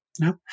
no